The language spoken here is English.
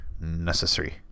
necessary